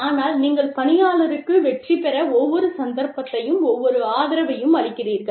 ஆனால் நீங்கள் பணியாளருக்கு வெற்றிபெற ஒவ்வொரு சந்தர்ப்பத்தையும் ஒவ்வொரு ஆதரவையும் அளிக்கிறீர்கள்